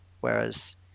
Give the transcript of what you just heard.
whereas